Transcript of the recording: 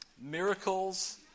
Miracles